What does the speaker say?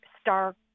star